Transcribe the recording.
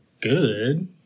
good